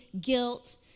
guilt